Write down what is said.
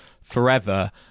forever